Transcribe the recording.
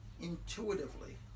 intuitively